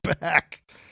back